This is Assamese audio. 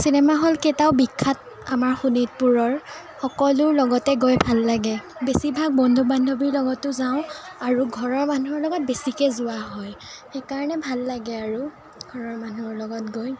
চিনেমাহল কেইটাও বিখ্যাত আমাৰ শোণিতপুৰৰ সকলোৰে লগতে গৈ ভাল লাগে বেছিভাগ বন্ধু বান্ধৱীৰ লগতো যাওঁ আৰু ঘৰৰ মানুহৰ লগত বেছিকৈ যোৱা হয় সেইকাৰণে ভাল লাগে আৰু ঘৰৰ মানুহৰ লগত গৈ